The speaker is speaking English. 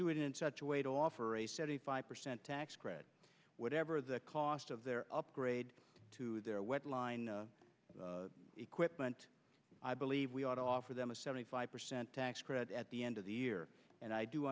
do it in such a way to offer a seventy five percent tax credit whatever the cost of their upgrade to their wet line equipment i believe we ought to offer them a set a five percent tax credit at the end of the year and i do